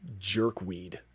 Jerkweed